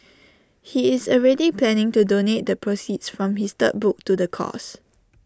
he is already planning to donate the proceeds from his third book to the cause